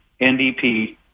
NDP